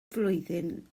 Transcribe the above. flwyddyn